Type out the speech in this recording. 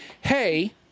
hey